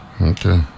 Okay